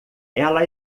ela